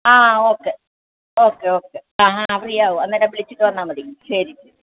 ആ okay okay okay ആ ആ ഫ്രീ ആവും അന്നേരം വിളിച്ചിട്ട് വന്നാൽ മതി ശരി